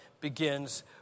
begins